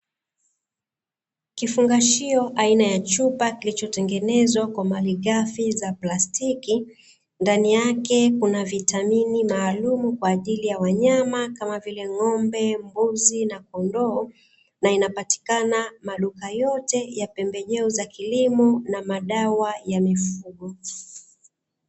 Kifungashio aina ya chupa kilichotengenezwa kwa malighafi za plastiki, ndani yake kuna vitamini maalum kwa ajili ya wanyama. Kama vile ng’ombe, mbuzi na kondoo na inapatikana maduka yote ya pembejeo za kilimo na madawa ya mifugo.